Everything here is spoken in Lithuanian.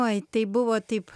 oi tai buvo taip